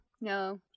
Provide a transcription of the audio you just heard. No